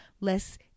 less